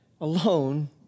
alone